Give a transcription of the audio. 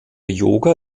yoga